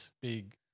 big